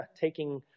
taking